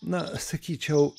na sakyčiau